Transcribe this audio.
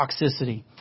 toxicity